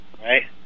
right